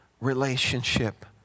relationship